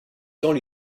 temps